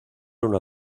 una